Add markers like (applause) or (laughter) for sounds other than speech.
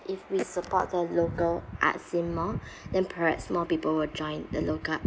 if we support the local arts scene more (breath) then perhaps more people will joined the local